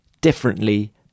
differently